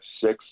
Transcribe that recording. six